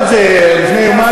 הוא עשה את זה לפני יומיים,